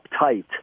uptight